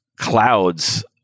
clouds